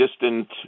distant